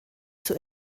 zur